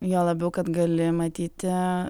juo labiau kad gali matyti